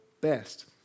best